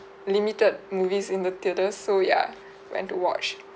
limited movies in the theater so ya went to watch